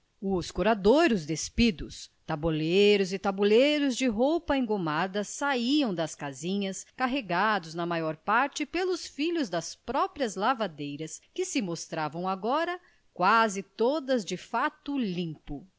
os coradouros despidos tabuleiros e tabuleiros de roupa engomada saiam das casinhas carregados na maior parte pelos filhos das próprias lavadeiras que se mostravam agora quase todas de fato limpo